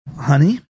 honey